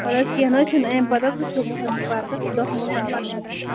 وَلہٕ حظ کینٛہہ نہ حظ چھُنہٕ اَمہِ پَتہٕ حظ وٕچھو مُحرم پَتہٕ دَہ مُحرم پَتہٕ وٕچھو